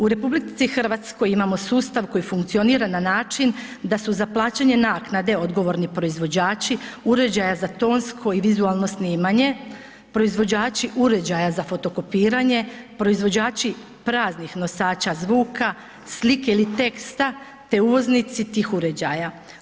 U RH imamo sustav koji funkcionira na način da su za plaćanje naknade odgovorni proizvođači uređaja za tonsko i vizualno snimanje, proizvođači uređaja za fotokopiranje, proizvođači praznih nosača zvuka, slike ili teksta te uvoznici tih uređaja.